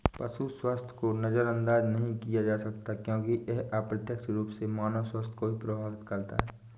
पशु स्वास्थ्य को नजरअंदाज नहीं किया जा सकता क्योंकि यह अप्रत्यक्ष रूप से मानव स्वास्थ्य को भी प्रभावित करता है